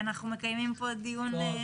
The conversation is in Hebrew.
אנחנו מקיימים דיון.